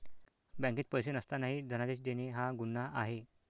बँकेत पैसे नसतानाही धनादेश देणे हा गुन्हा आहे